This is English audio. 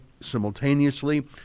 simultaneously